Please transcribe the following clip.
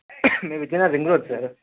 మేం Vizianagaram ring road sir